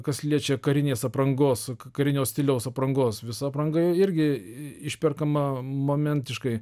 kas liečia karinės aprangos karinio stiliaus aprangos visa apranga irgi išperkama momentiškai